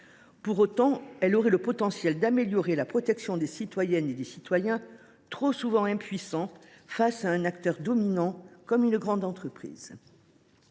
Pourtant, elle est susceptible d’améliorer la protection des citoyennes et des citoyens, qui sont trop souvent impuissants face à un acteur dominant comme l’est une grande entreprise.